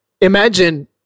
imagine